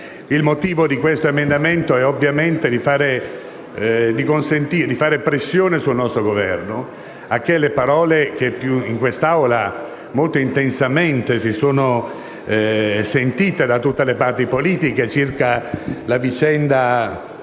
Il motivo di questo emendamento è ovviamente di fare pressione sul nostro Governo testimoniando, dopo le parole che in quest'Aula molto intensamente si sono sentite da tutte le parti politiche sulla vicenda